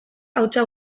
hautsa